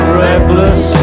reckless